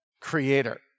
Creator